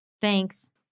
Thanks